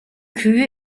kühe